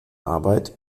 arbeit